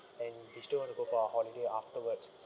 and we still want to go for our holiday afterwards